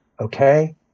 okay